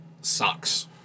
sucks